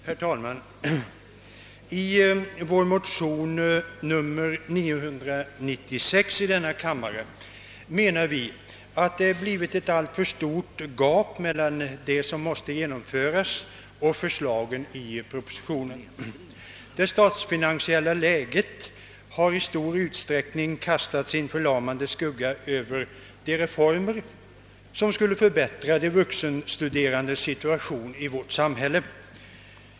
Herr talman! I vår motion nr II: 996 — likalydande med motion nr 1: 799 — har vi framhållit att det blivit ett alltför stort gap mellan det som måste genomföras och det som föreslås i propositionen. Det statsfinansiella läget har i stor utsträckning hållit sin förlamande hand över de reformer som skulle förbättra de vuxenstuderandes situation i vårt samhälle.